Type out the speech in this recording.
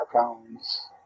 accounts